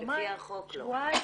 שבועיים,